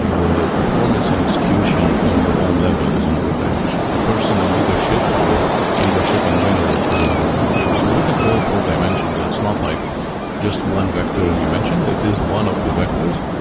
and the performance and execution on your own level is another dimension. the personal leadership or leadership in general is another dimension so we look at all four dimensions. it's not like just one vector as you mentioned, it is one of the vectors.